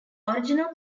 original